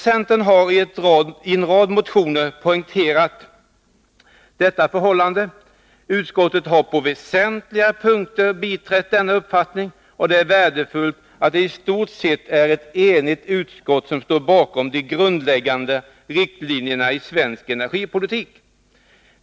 Centern har i en rad motioner poängterat detta förhållande. Utskottet har på väsentliga punkter biträtt denna uppfattning, och det är värdefullt att det i stort sett är ett enigt utskott som står bakom de grundläggande riktlinjerna för den svenska energipolitiken.